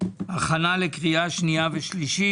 הכנה לקריאה שנייה ושלישית.